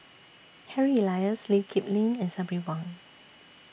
Harry Elias Lee Kip Lin and Sabri Buang